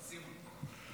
לסימון מותר.